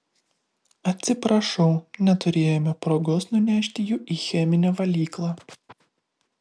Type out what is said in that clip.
atsiprašau neturėjome progos nunešti jų į cheminę valyklą